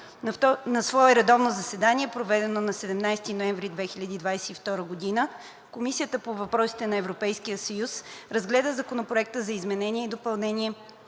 На свое редовно заседание, проведено на 17 ноември 2022 г., Комисията по въпросите на Европейския съюз разгледа Законопроект за изменение и допълнение